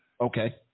Okay